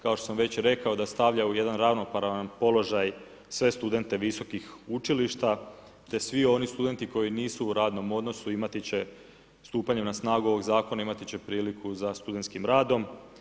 Kao što sam već rekao da stavlja u jedan ravnopravan položaj sve studente visokih učilišta te svi oni studenti koji nisu u radnom odnosu imati će, stupanjem na snagu ovog zakona, imati će priliku za studentskim radom.